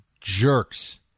jerks